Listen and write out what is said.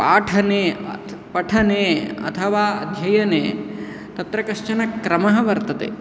पाठने पठने अथवा अध्ययने तत्र कश्चन क्रमः वर्तते